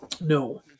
No